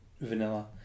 Vanilla